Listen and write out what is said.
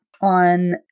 on